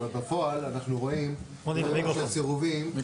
התלייה וסירוב.